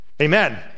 Amen